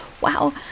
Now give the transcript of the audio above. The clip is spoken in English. Wow